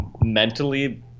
mentally